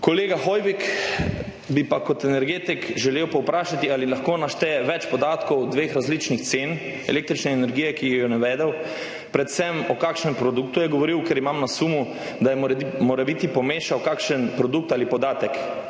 Kolega Hoivika bi kot energetik želel povprašati, ali lahko našteje več podatkov o dveh različnih cenah električne energije, ki ju je navedel, predvsem o kakšnem produktu je govoril, ker imam na sumu, da je morebiti pomešal kakšen produkt ali podatek,